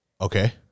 Okay